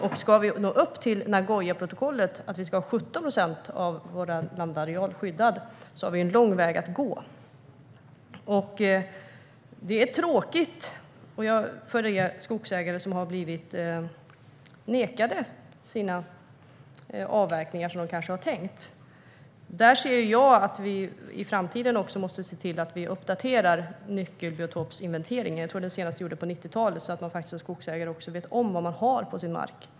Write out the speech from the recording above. Ska vi nå upp till Nagoyaprotokollet att vi ska ha 17 procent av vår landareal skyddad har vi en lång väg att gå. Det är tråkigt för de skogsägare som har blivit nekade sina avverkningar som de kanske har tänkt göra. Där ser jag vi i framtiden måste se till att vi uppdaterar nyckelbiotopsinventeringen - jag tror att den senaste är gjord på 90-talet - så att man som skogsägare vet om vad man har på sin mark.